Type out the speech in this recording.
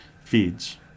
feeds